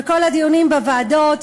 וכל הדיונים בוועדות,